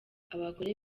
abagore